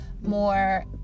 more